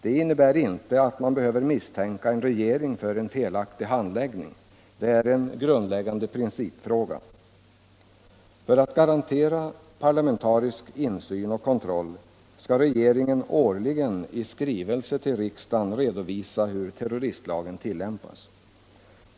Det innebär inte att man behöver misstänka en regering för felaktig handläggning — det är en grundläggande principfråga. För att garantera parlamentarisk insyn och kontroll skall regeringen årligen i skrivelse till riksdagen redovisa hur terroristlagen tillämpas.